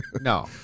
No